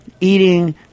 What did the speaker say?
eating